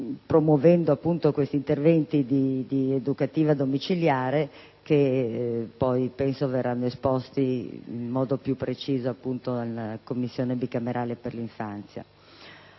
promuovendo interventi educativi domiciliari, che poi penso verranno esposti in modo più preciso dinanzi alla Commissione bicamerale per l'infanzia.